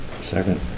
Second